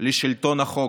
לשלטון החוק,